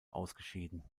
ausgeschieden